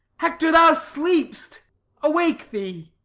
hector, thou sleep'st awake thee.